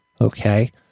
Okay